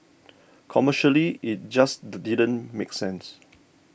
commercially it just didn't make sense